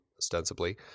ostensibly